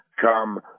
come